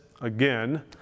again